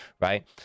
right